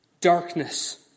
darkness